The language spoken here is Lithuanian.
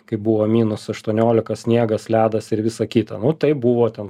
kai buvo minus aštuoniolika sniegas ledas ir visa kita nu taip buvo ten